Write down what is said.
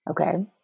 Okay